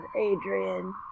Adrian